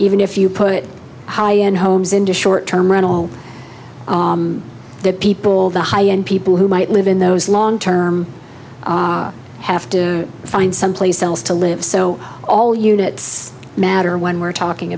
even if you put high end homes into short term rent all the people the high end people who might live in those long term have to find someplace else to live so all units matter when we're talking